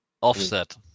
Offset